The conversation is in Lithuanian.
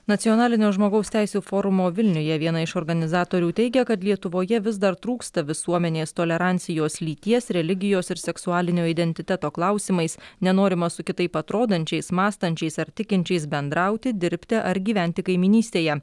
nacionalinio žmogaus teisių forumo vilniuje viena iš organizatorių teigia kad lietuvoje vis dar trūksta visuomenės tolerancijos lyties religijos ir seksualinio identiteto klausimais nenorima su kitaip atrodančiais mąstančiais ar tikinčiais bendrauti dirbti ar gyventi kaimynystėje